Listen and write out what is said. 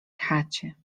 chacie